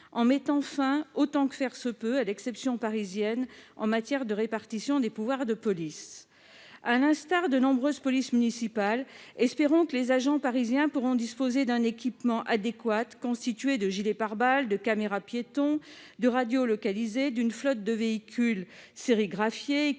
en mettant fin, autant que faire se peut, à l'exception parisienne en matière de répartition des pouvoirs de police. Nous espérons qu'à l'instar de nombreuses polices municipales, les agents parisiens pourront disposer d'un équipement adéquat, constitué de gilets pare-balles, de caméras-piétons, de radios localisées, d'une flotte de véhicules sérigraphiés, équipés